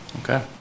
Okay